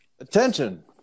Attention